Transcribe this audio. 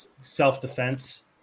self-defense